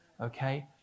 Okay